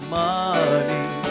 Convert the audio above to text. money